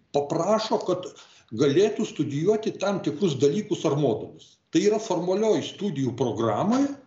paprašo kad galėtų studijuoti tam tikrus dalykus ar modulius tai yra formalioj studijų programoj